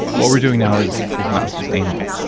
what we're doing now is is not sustainable.